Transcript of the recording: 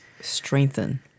strengthen